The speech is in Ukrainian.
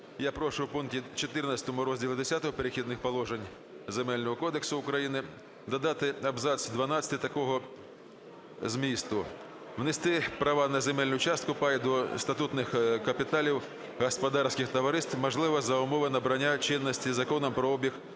Я прошу у пункті 14 розділу Х "Перехідних положень" Земельного кодексу України додати абзац дванадцятий такого змісту: "Внести права на земельну частку (пай) до статутних капіталів господарських товариств можливо за умови набрання чинності законом про обіг земель